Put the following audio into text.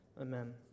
Amen